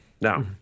Now